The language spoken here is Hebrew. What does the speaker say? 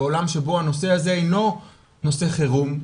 בעולם שבו הנושא הזה אינו נושא חירום.